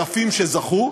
אלפים שזכו.